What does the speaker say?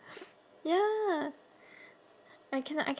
ya I cannot I can~